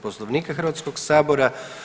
Poslovnika Hrvatskog sabora.